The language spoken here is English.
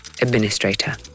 administrator